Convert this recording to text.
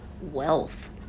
wealth